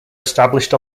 established